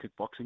kickboxing